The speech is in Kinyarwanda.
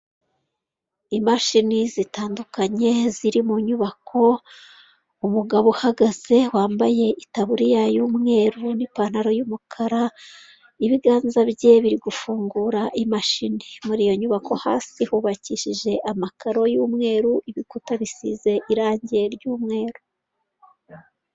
Imashini zitandukanye, ziri mu nyubako, umugabo uhagaze wambaye itaburiya y'umweru n'ipantaro y'umukara, ibiganza bigiye biri gufungura imashini. Muri iyo nyubako hasi hubakishije amakaro y'umweru, ibikuta bisize irangi ry'umweru.